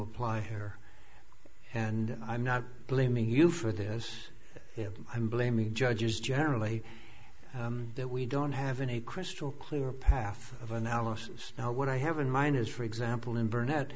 apply here and i'm not blaming you for this i'm blaming the judges generally that we don't have any crystal clear path of analysis now what i have in mind is for example in burnett